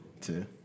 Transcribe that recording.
Two